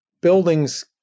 buildings